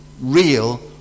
real